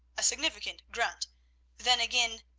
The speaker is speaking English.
a significant grunt then again,